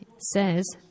says